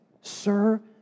sir